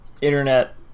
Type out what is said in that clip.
internet